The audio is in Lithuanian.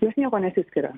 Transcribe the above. jos niekuo nesiskiria